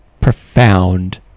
profound